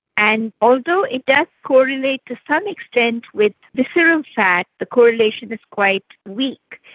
and although it does correlate to some extent with visceral fat, the correlation is quite weak.